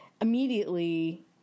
immediately